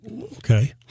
okay